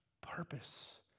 purpose